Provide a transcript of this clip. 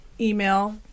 email